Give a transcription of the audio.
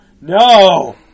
No